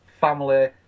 family